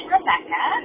Rebecca